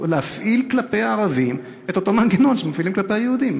להפעיל כלפי הערבים את אותו מנגנון שמפעילים כלפי היהודים,